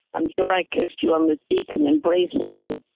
i'm sure i kissed you on the cheek and embraced and you.